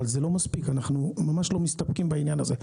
אבל זה לא מספיק ואנחנו ממש לא מסתפקים בזה.